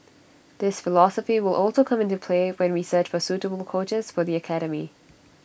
this philosophy will also come into play when we search for suitable coaches for the academy